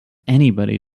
anybody